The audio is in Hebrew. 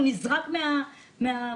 הוא נזרק מהמבחן.